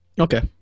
Okay